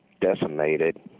decimated